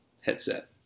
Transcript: headset